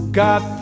got